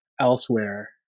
elsewhere